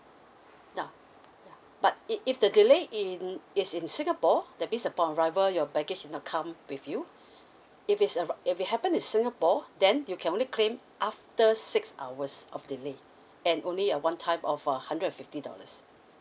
now but if if the delay in it's in singapore that means upon arrival your baggage did not come with you if it's uh if it happen is singapore then you can only claim after six hours of delay and only a one time of a hundred and fifty dollars